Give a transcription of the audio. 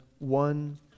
One